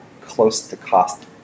close-to-cost